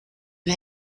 and